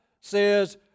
says